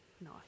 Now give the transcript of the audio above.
No